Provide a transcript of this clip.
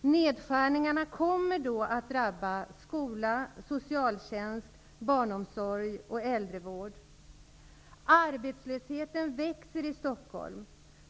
Nedskärningarna kommer då att drabba skola, socialtjänst, barnomsorg och äldrevård. Arbetslösheten växer i Stockholm.